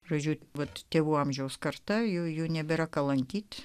pradžių vat tėvų amžiaus karta jau jų nebėra ką lankyti